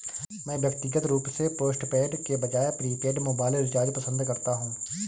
मैं व्यक्तिगत रूप से पोस्टपेड के बजाय प्रीपेड मोबाइल रिचार्ज पसंद करता हूं